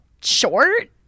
short